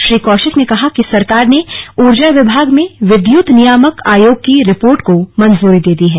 श्री कौशिक ने कहा कि सरकार ने ऊर्जा विभाग में विद्युत नियामक आयोग की रिपोर्ट को मंजूरी दे दी है